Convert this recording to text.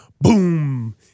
boom